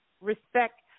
respect